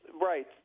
Right